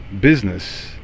business